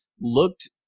looked